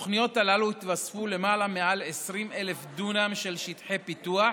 בתוכניות הללו התווספו מעל ל-20,000 דונם של שטחי פיתוח,